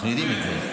אנחנו יודעים את זה.